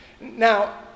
Now